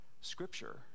Scripture